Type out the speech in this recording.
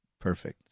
Perfect